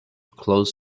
close